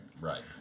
Right